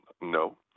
no